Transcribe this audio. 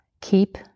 keep